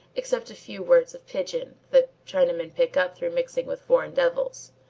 except a few words of pigeon that chinamen pick up through mixing with foreign devils.